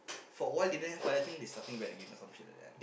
for awhile didn't have ah I think they starting back again or some shit like that